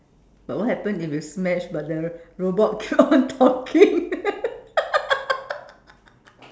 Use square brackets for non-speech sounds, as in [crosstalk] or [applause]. but what happen if you smash but the robot keep on talking [laughs]